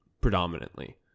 predominantly